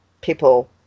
people